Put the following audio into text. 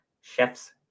chef's